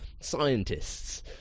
scientists